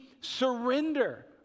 surrender